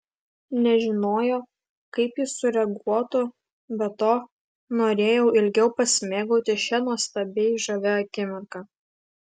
nežinojo kaip jis sureaguotų be to norėjau ilgiau pasimėgauti šia nuostabiai žavia akimirka